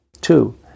Two